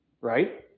right